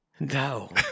No